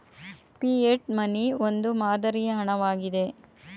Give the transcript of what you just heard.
fiat money ಒಂದು ಮಾದರಿಯ ಹಣ ವಾಗಿದೆ